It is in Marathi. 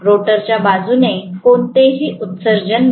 रोटरच्या बाजूने कोणतेही उत्सर्जन नाही